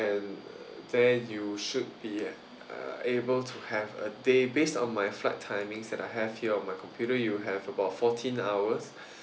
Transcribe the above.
and there you should uh be able to have a day based on my flight timings that I have here on my computer you'll have about fourteen hours